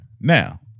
Now